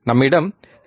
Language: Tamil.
நம்மிடம் டி